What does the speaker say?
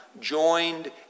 joined